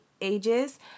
ages